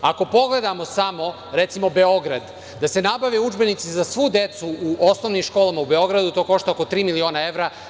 Ako pogledamo samo, recimo, Beograd, da se nabave udžbenici za svu decu u osnovnim školama u Beogradu, to košta oko tri miliona evra.